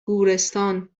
گورستان